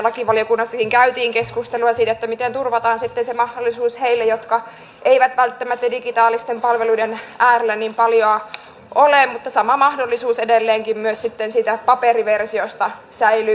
lakivaliokunnassakin käytiin keskustelua siitä miten turvataan sitten se mahdollisuus heille jotka eivät välttämättä digitaalisten palveluiden äärellä niin paljoa ole mutta sama mahdollisuus edelleenkin myös sitten siitä paperiversiosta säilyy ihmisille